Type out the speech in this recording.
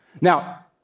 Now